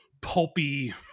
pulpy